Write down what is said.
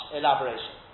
elaboration